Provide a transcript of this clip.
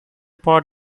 part